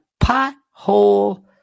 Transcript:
pothole